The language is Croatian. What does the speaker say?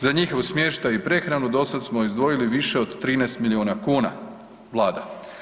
Za njihov smještaj i prehranu dosad smo izdvojili više od 13 milijuna kuna, vlada.